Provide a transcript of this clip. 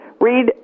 read